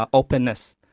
ah openness.